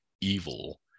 evil